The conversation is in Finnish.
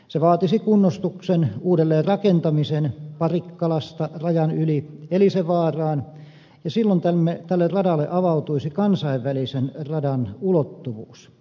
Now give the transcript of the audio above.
se vaatisi kunnostuksen uudelleen rakentamisen parikkalasta rajan yli elisenvaaraan ja silloin tälle radalle avautuisi kansainvälisen radan ulottuvuus